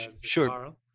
Sure